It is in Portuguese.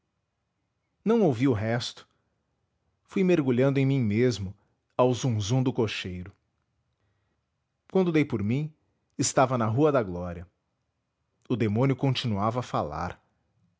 não ouvi o resto fui mergulhando em mim mesmo ao zunzum do cocheiro quando dei por mim estava na rua da glória o demônio continuava a falar